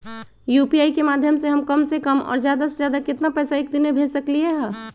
UPI के माध्यम से हम कम से कम और ज्यादा से ज्यादा केतना पैसा एक दिन में भेज सकलियै ह?